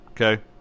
Okay